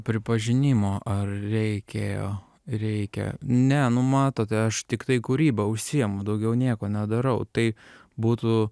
pripažinimo ar reikėjo reikia ne nu matote aš tiktai kūryba užsiimu daugiau nieko nedarau tai būtų